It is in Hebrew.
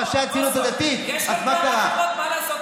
הרב דוד חי הכהן,